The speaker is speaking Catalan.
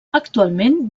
actualment